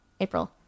April